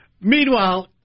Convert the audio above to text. Meanwhile